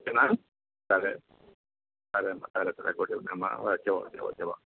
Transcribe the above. ఓకేనా సరే సరేమ్మా సరే సరే గుడ్ ఈవినింగ్ మా ఓకే ఓకే ఓకేమా